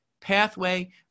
pathway